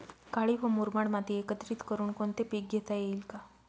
काळी व मुरमाड माती एकत्रित करुन कोणते पीक घेता येईल का?